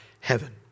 heaven